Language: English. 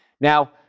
Now